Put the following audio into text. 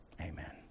Amen